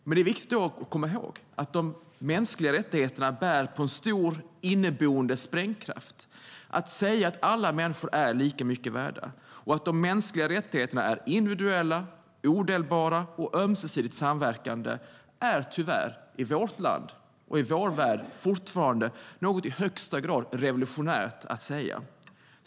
Men det är viktigt att komma ihåg att de mänskliga rättigheterna bär på en stor inneboende sprängkraft. Att säga att alla människor är lika mycket värda och att de mänskliga rättigheterna är individuella, odelbara och ömsesidigt samverkande är tyvärr i vårt land och i vår värld fortfarande något i högsta grad revolutionärt.